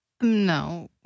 No